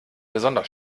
besonders